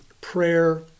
prayer